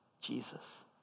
Jesus